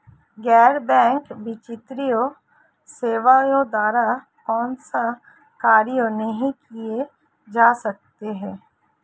गैर बैंकिंग वित्तीय सेवाओं द्वारा कौनसे कार्य नहीं किए जा सकते हैं?